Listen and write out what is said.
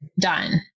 done